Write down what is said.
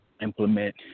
implement